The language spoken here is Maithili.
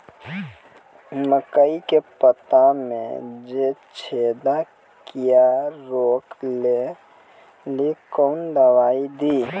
मकई के पता मे जे छेदा क्या रोक ले ली कौन दवाई दी?